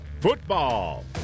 Football